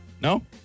No